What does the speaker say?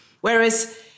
whereas